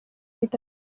bitatu